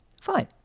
Fine